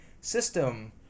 system